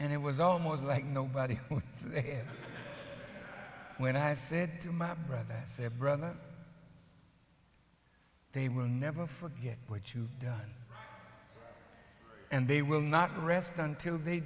and it was almost like nobody when i said to my brother said brother they will never forget what you done and they will not rest until they